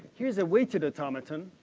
here's a weighted automaton,